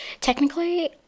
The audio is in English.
technically